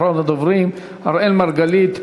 אחרון הדוברים, אראל מרגלית.